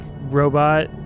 robot